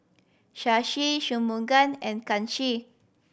Shashi Shunmugam and Kanshi